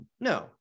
No